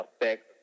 effect